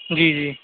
جی جی